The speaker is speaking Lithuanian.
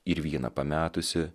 ir vyną pametusi